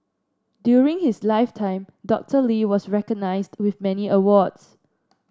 during his lifetime Doctor Lee was recognised with many awards